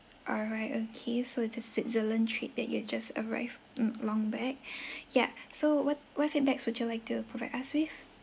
alright okay so the switzerland trip that you've just arrived mm long back yeah so what what feedbacks would you like to provide us with